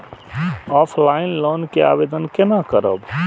Offline loan के आवेदन केना करब?